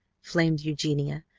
flamed eugenia,